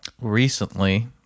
recently